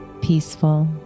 peaceful